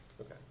Okay